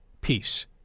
peace